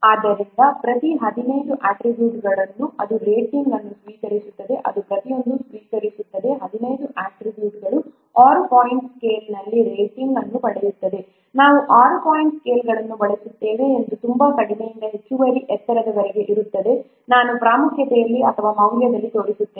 ಆದ್ದರಿಂದ ಪ್ರತಿ 15 ಅಟ್ರಿಬ್ಯೂಟ್ಗಳು ಅದು ರೇಟಿಂಗ್ ಅನ್ನು ಸ್ವೀಕರಿಸುತ್ತದೆ ಅದು ಪ್ರತಿಯೊಂದನ್ನು ಸ್ವೀಕರಿಸುತ್ತದೆ 15 ಅಟ್ರಿಬ್ಯೂಟ್ಗಳು ಆರು ಪಾಯಿಂಟ್ ಸ್ಕೇಲ್ನಲ್ಲಿ ರೇಟಿಂಗ್ ಅನ್ನು ಪಡೆಯುತ್ತವೆ ನಾವು ಆರು ಪಾಯಿಂಟ್ ಸ್ಕೇಲ್ ಅನ್ನು ಬಳಸುತ್ತೇವೆ ಅದು ತುಂಬಾ ಕಡಿಮೆಯಿಂದ ಹೆಚ್ಚುವರಿ ಎತ್ತರದವರೆಗೆ ಇರುತ್ತದೆ ನಾನು ಪ್ರಾಮುಖ್ಯತೆಯಲ್ಲಿ ಅಥವಾ ಮೌಲ್ಯದಲ್ಲಿ ತೋರಿಸುತ್ತೇನೆ